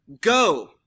go